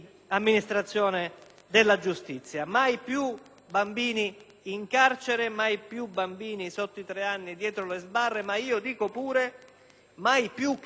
mai più bambini in carcere, mai più bambini sotto i tre anni dietro le sbarre, ma io dico anche mai più carceri nelle quali